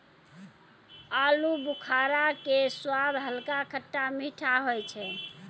आलूबुखारा के स्वाद हल्का खट्टा मीठा होय छै